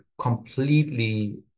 completely